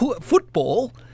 football